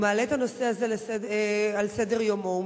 מעלה את הנושא הזה על סדר-יומו,